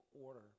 order